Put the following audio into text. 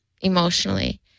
emotionally